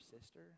sister